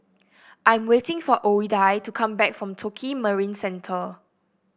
I am waiting for Ouida to come back from Tokio Marine Centre